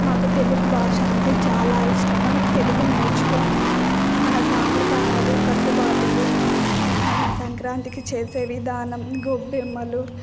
మాకు తెలుగు భాష అంటే చాలా ఇష్టం మనం తెలుగు నేర్చుకో మన సాంప్రదాయాలు కట్టుబాటులు మనం సంక్రాంతికి చేసే విధానం గొబ్బెమ్మలు